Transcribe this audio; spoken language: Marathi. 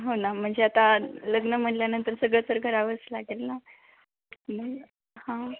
हो ना म्हणजे आता लग्न म्हणल्यानंतर सगळं तर करावंच लागेल ना हां